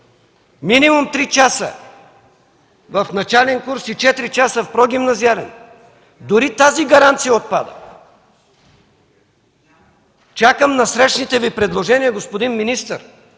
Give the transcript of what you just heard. минимум 3 часа в начален курс и 4 часа в прогимназиален. Дори тази гаранция отпада. Чакам насрещните Ви предложения, господин министър,